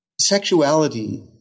sexuality